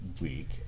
week